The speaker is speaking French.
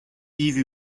yves